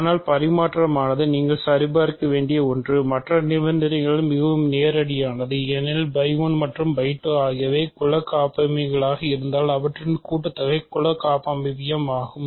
அதனால் பரிமாற்றமானது நீங்கள் சரிபார்க்க வேண்டிய ஒன்று மற்ற நிபந்தனைகள் மிகவும் நேரடியானது ஏனெனில் மற்றும் ஆகியவை குல காப்பமைவியமாக இருந்தால் அவற்றின் கூட்டுத்தொகை குல காப்பமைவியம் ஆகும்